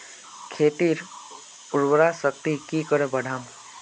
खेतीर उर्वरा शक्ति की करे बढ़ाम?